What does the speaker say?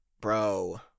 bro